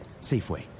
Safeway